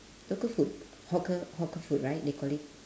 local food hawker hawker food right they call it